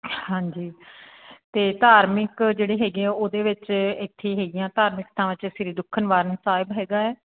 ਹਾਂਜੀ ਅਤੇ ਧਾਰਮਿਕ ਜਿਹੜੇ ਹੈਗੇ ਆ ਉਹਦੇ ਵਿੱਚ ਇੱਥੇ ਹੈਗੀਆਂ ਧਾਰਮਿਕ ਥਾਵਾਂ 'ਚ ਸ਼੍ਰੀ ਦੁੱਖ ਨਿਵਾਰਨ ਸਾਹਿਬ ਹੈਗਾ ਹੈ